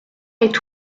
est